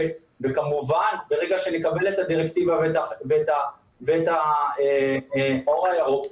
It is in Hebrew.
וכמובן ברגע שנקבל את הדירקטיבה ואת האור הירוק,